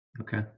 Okay